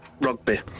Rugby